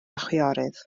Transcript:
chwiorydd